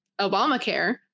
Obamacare